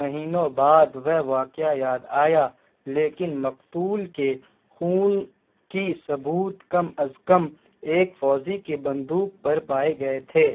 مہینوں بعد وہ واقعہ یاد آیا لیکن مقتول کے خون کی ثبوت کم از کم ایک فوجی کی بندوق پر پائے گئے تھے